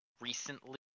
recently